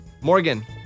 Morgan